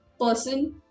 person